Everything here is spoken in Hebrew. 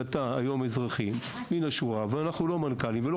לאזרחים מן השורה שהם לא מנכ"לים ולא